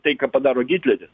tai ką padaro hitleris